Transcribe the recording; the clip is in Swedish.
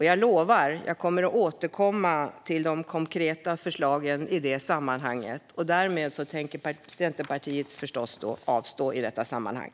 Jag lovar att återkomma till de konkreta förslagen på det området. Centerpartiet tänker avstå från att rösta i detta sammanhang.